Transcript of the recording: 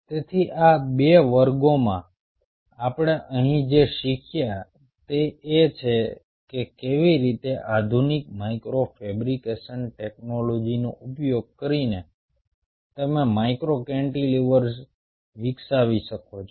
તેથી આ 2 વર્ગોમાં આપણે અહીં જે શીખ્યા તે એ છે કે કેવી રીતે આધુનિક માઇક્રો ફેબ્રિકેશન ટેકનોલોજીનો ઉપયોગ કરીને તમે માઇક્રો કેન્ટિલીવર્સ વિકસાવી શકો છો